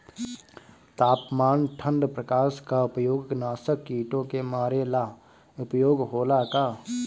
तापमान ठण्ड प्रकास का उपयोग नाशक कीटो के मारे ला उपयोग होला का?